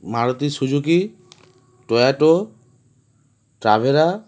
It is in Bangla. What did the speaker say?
Maruti Suzuki Toyota Tavera